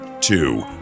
Two